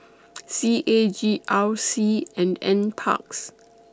C A G R C and NParks